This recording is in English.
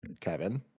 Kevin